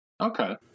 Okay